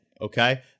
okay